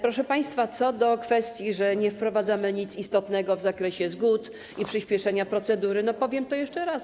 Proszę państwa, co do kwestii, że nie wprowadzamy nic istotnego w zakresie zgód i przyśpieszenia procedury, to powiem to jeszcze raz.